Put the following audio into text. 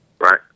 Right